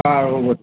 অ' হ'ব